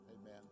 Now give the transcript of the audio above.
Amen